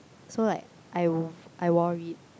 so like I w~ I wore it